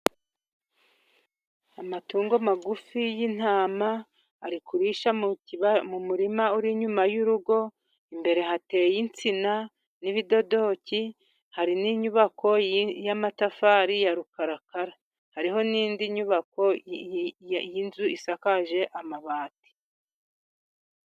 Amatungo magufi y'intama ari kurisha mu kiba mu murima uri inyuma y'urugo, imbere hateye insina n'ibidodoki, hari n'inyubako y'amatafari ya rukarakara, hariho n'indi nyubako y'inzu isakaje amabati.